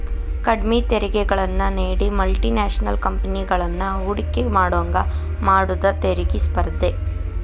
ಕಡ್ಮಿ ತೆರಿಗೆಗಳನ್ನ ನೇಡಿ ಮಲ್ಟಿ ನ್ಯಾಷನಲ್ ಕಂಪೆನಿಗಳನ್ನ ಹೂಡಕಿ ಮಾಡೋಂಗ ಮಾಡುದ ತೆರಿಗಿ ಸ್ಪರ್ಧೆ